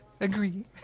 agree